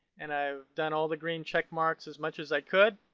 and i've done all the green check marks as much as i could,